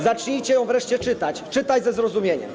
Zacznijcie ją wreszcie czytać, czytać ze zrozumieniem.